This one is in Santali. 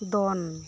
ᱫᱚᱱ